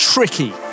Tricky